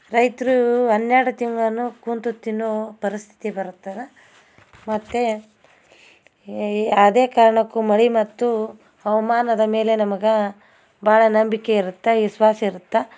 ರೈತರು ಹನ್ನೆರಡು ತಿಂಗಳನ್ನು ಕುಂತು ತಿನ್ನೋ ಪರಿಸ್ಥಿತಿ ಬರುತ್ತದ ಮತ್ತು ಏ ಏ ಯಾವುದೇ ಕಾರಣಕ್ಕೂ ಮಳೆ ಮತ್ತು ಹವಾಮಾನದ ಮೇಲೆ ನಮ್ಗೆ ಭಾಳ ನಂಬಿಕೆ ಇರತ್ತೆ ವಿಸ್ವಾಸ ಇರತ್ತೆ